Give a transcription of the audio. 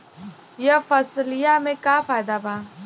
यह फसलिया में का फायदा बा?